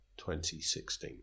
2016